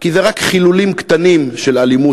כי זה רק חילולים קטנים של אלימות,